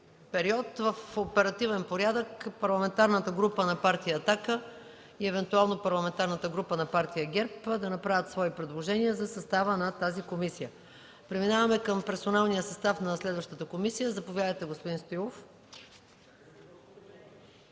период в оперативен порядък Парламентарната група на Партия „Атака” и евентуално Парламентарната група на Партия ГЕРБ да направят свои предложения за състава на тази комисия. Преминаваме към персоналния състав на следващата комисия. Заповядайте, господин Стоилов.